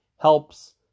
helps